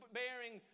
bearing